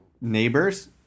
Neighbors